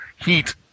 heat